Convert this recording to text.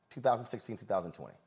2016-2020